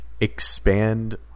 expand